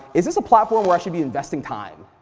is this a platform where i should be investing time?